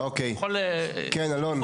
זה משהו שהוא יכול --- כן אלון,